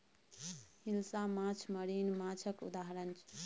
हिलसा माछ मरीन माछक उदाहरण छै